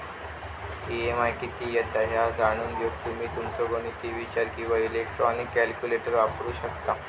EMI किती येता ह्या जाणून घेऊक तुम्ही तुमचो गणिती विचार किंवा इलेक्ट्रॉनिक कॅल्क्युलेटर वापरू शकता